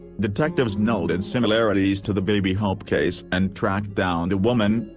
detectives noted similarities to the baby hope case and tracked down the woman,